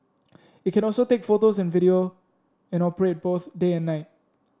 it can also take photos and video and operate both day and night